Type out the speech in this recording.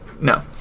No